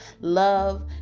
Love